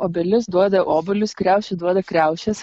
obelis duoda obuolius kriaušė duoda kriaušes